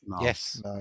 yes